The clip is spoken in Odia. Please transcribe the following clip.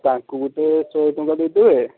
ତାଙ୍କୁ ଗୋଟେ ଶହେ ଟଙ୍କା ଦେଇ ଦେବେ